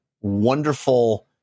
wonderful